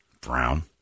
brown